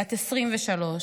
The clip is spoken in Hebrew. בת 23,